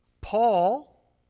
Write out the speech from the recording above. Paul